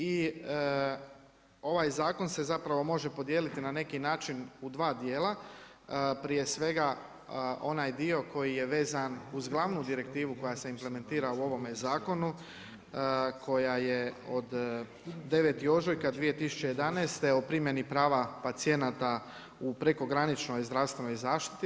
I ovaj zakon se zapravo može podijeliti na neki način u dva dijela, prije svega onaj dio koji je vezan uz glavnu direktivu koja se implementira u ovome zakonu koja je od 9. ožujka 2011. o primjeni prava pacijenata u prekograničnoj zdravstvenoj zaštiti.